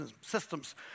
systems